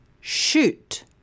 shoot